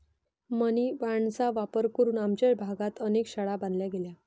मनी बाँडचा वापर करून आमच्या भागात अनेक शाळा बांधल्या गेल्या